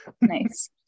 Nice